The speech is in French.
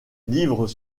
livres